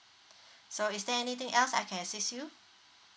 so is there anything else I can assist you